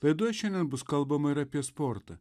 laidoje šiandien bus kalbama ir apie sportą